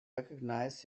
recognize